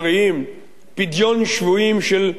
פדיון שבויים של קרובים.